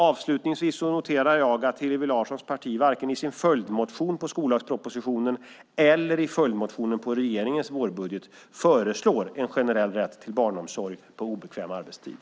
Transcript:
Avslutningsvis noterar jag att Hillevi Larssons parti varken i sin följdmotion till skollagspropositionen eller i följdmotionen till regeringens vårbudget föreslår en generell rätt till barnomsorg på obekväm arbetstid.